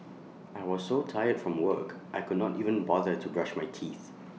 I was so tired from work I could not even bother to brush my teeth